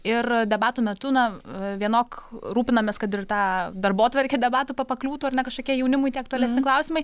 ir debatų metu na vienok rūpinamės kad ir tą darbotvarkę debatų pa pakliūtų ar ne kažkokie jaunimui tie aktualesni klausimai